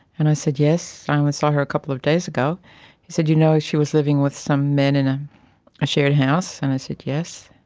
and i said, yes, i only saw her a couple of days ago. he said, you know she was living with some men in ah shared house? and i said, yes.